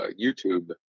YouTube